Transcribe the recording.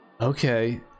okay